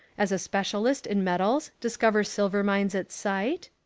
as a specialist in metals discover silver mines at sight?